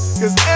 cause